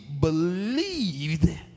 believed